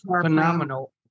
phenomenal